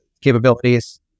capabilities